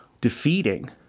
defeating